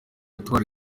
atwara